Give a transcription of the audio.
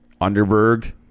underberg